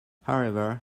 however